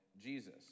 Jesus